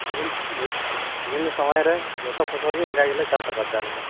ᱵᱤᱵᱷᱤᱱᱱᱚ ᱥᱚᱢᱳᱭ ᱨᱮ ᱡᱚᱛᱚ ᱯᱷᱚᱥᱚᱞ ᱜᱮ ᱚᱱᱠᱟ ᱜᱮᱞᱮ ᱪᱟᱥ ᱟᱵᱟᱫ ᱮᱫᱟ ᱟᱞᱮ ᱫᱚ